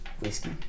Whiskey